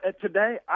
Today